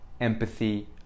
empathy